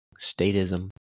statism